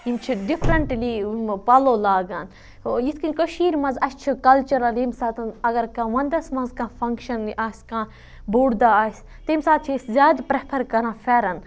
یِم چھِ ڈِفرَنٹلی پَلَو لاگان یِتھکنۍ کٔشیٖر مَنٛز اَسہِ چھِ کَلچرل یمہِ ساتہٕ اگر کانٛہہ وَندَس مَنٛز کانٛہہ فَنٛگشَن آسہِ کانٛہہ بوٚڑ دۄہ آسہِ تمہِ ساتہٕ چھِ أسۍ زیاد پریٚفَر کَران پھیرَن